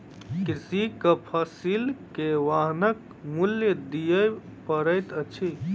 कृषकक फसिल के वाहनक मूल्य दिअ पड़ैत अछि